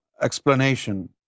explanation